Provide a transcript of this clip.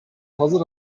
hazır